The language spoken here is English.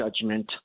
judgment